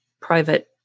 private